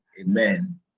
Amen